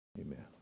amen